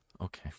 Okay